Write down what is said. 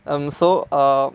um so uh